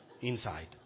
inside